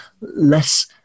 less